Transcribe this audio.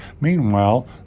Meanwhile